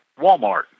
Walmart